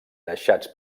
deixats